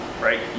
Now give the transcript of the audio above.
right